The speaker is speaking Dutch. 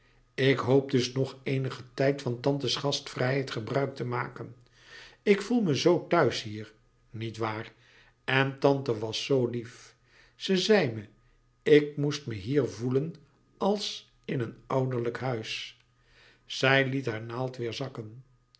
ik hoop dus nog eenigen tijd van tantes gastvrijheid gebruik te maken ik voel me zoo thuis hier niet waar en tante was zoo lief ze zei me ik moest me hier voelen als in een ouderlijk huis zij liet haar naald weêr zakken